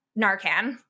Narcan